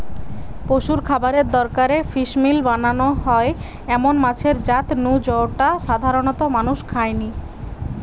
পশুর খাবারের দরকারে ফিসমিল বানানা হয় এমন মাছের জাত নু জউটা সাধারণত মানুষ খায়নি